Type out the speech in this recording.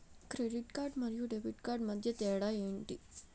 Credit card మరియు debit card మధ్య తేడా ఎంటి?